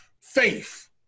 faith